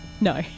No